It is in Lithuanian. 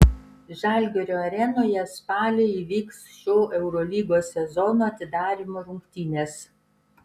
žalgirio arenoje spalį įvyks šio eurolygos sezono atidarymo rungtynės